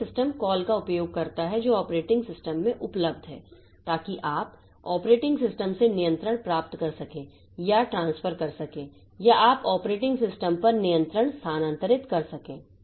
तो यह system call का उपयोग करता है जो ऑपरेटिंग सिस्टम में उपलब्ध है ताकि आप ऑपरेटिंग सिस्टम से नियंत्रण प्राप्त कर सकें या आप ट्रांसफर कर सकें या आप ऑपरेटिंग सिस्टम पर नियंत्रण स्थानांतरित कर सकें